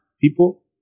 people